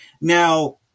Now